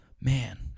man